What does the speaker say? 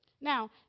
Now